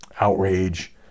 outrage